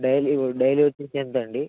daily daily వచ్చి ఎంత అండి